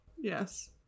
Yes